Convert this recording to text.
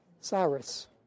Cyrus